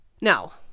No